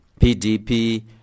PDP